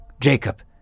Jacob